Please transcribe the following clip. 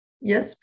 Yes